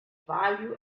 value